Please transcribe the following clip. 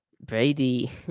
Brady